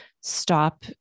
stop